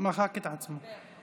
מחק את עצמו.